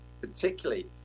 particularly